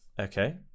Okay